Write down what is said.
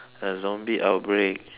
a zombie outbreak